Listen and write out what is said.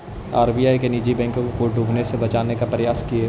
RBI ने निजी बैंकों को डूबने से बचावे के प्रयास किए